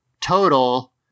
total